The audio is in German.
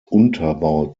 unterbau